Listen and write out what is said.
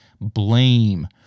blame